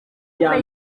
kwe